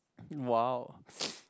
!wow!